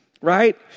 right